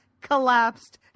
collapsed